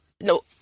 no